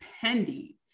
pending